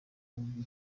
mubyo